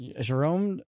Jerome